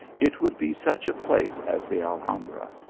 it would be such a place as the alham bra,